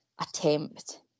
attempt